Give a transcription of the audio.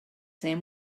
sam